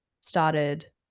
started